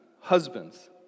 Husbands